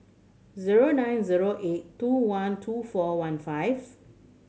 zero nine zero eight two one two four one five